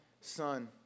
son